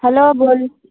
hello বলছি